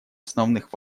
основных